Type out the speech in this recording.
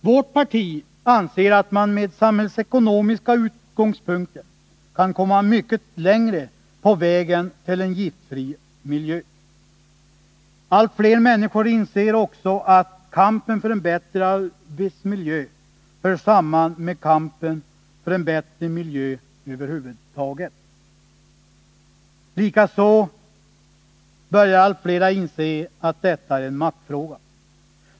Vårt parti anser att man från samhällsekonomiska utgångspunkter kan komma mycket längre på vägen till en giftfri miljö. Allt fler människor inser också att kampen för en bättre arbetsmiljö hör samman med kampen för en bättre miljö över huvud taget. Likaså börjar allt fler inse att detta är en maktfråga.